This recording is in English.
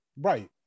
Right